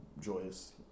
joyous